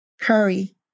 Curry